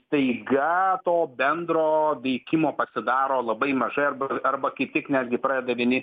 staiga to bendro veikimo pasidaro labai mažai arba arba kaip tik netgi pradeda vieni